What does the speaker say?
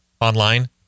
Online